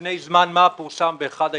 לפני זמן מה פורסם באחד העיתונים,